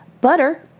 Butter